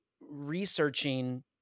researching